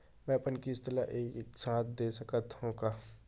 मै अपन किस्त ल एक साथ दे सकत हु का?